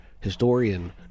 historian